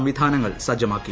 സംവിധാനങ്ങൾ സജ്ജമാക്കി